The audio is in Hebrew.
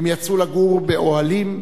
הם יצאו לגור באוהלים,